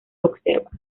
observa